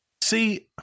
See